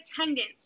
attendance